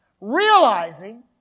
realizing